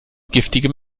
giftigem